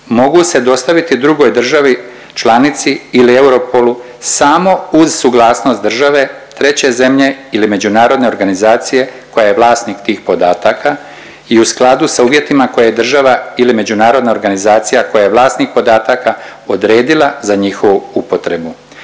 mogu se dostaviti drugoj državi članici ili Europolu samo uz suglasnost države treće zemlje ili međunarodne organizacije koja je vlasnik tih podataka i u skladu sa uvjetima koje je država ili međunarodna organizacija koja je vlasnik podataka odredila za njihovu upotrebu.